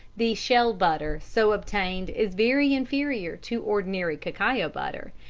the shell butter so obtained is very inferior to ordinary cacao butter,